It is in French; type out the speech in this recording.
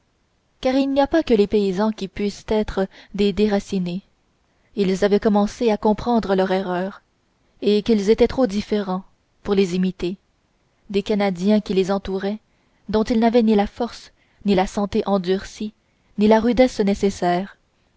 car il n'y a pas que les paysans qui puissent être des déracinés ils avaient commencé à comprendre leur erreur ils étaient trop différents pour imiter les canadiens qui les entouraient dont ils n'avaient ni la force ni la santé endurcie ni la rudesse nécessaire